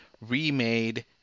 remade